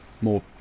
more